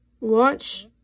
Watch